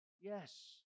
Yes